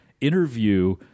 interview